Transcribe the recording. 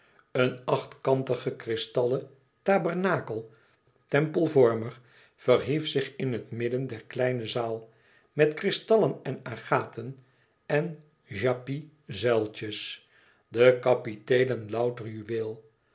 een achtkantige kristallen tabernakel tempelvormig verhief zich in het midden der kleine zaal met kristallen en agathen en jaspis zuiltjes de kapiteelen louter juweel